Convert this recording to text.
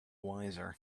wiser